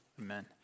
Amen